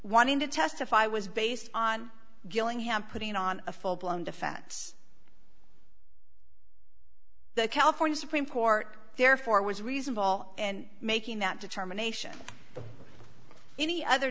wanting to testify was based on gillingham putting on a full blown defense the california supreme court therefore was reasonable and making that determination any other